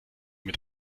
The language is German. mit